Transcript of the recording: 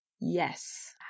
Yes